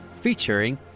featuring